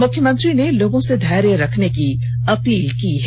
मुख्यमंत्री ने लोगों से धैर्य रखने की अपील की है